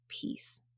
peace